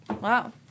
Wow